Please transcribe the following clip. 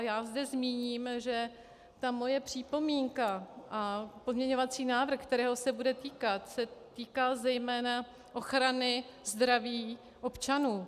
Já zde zmíním, že moje připomínka a pozměňovací návrh, kterého se bude týkat, se týká zejména ochrany zdraví občanů.